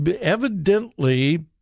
evidently